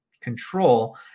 control